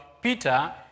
Peter